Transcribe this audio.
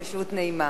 שהות נעימה.